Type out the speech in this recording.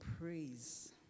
praise